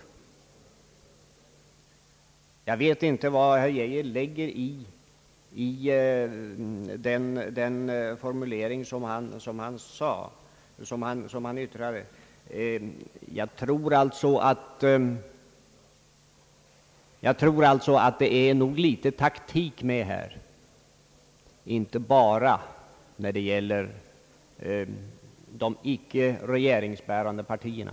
Jag vet inte vad statsrådet Geijer lägger i den formulering som han använde, men jag tror att det nog är litet taktik med i spelet, inte bara från de icke regeringsbärande partierna.